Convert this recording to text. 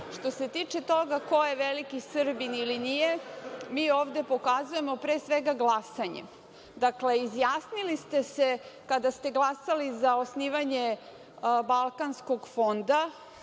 se tiče toga ko je veliki Srbin ili nije, mi ovde pokazujemo, pre svega, glasanjem. Dakle, izjasnili ste se kada ste glasali za osnivanje Balkanskog fonda